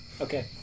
Okay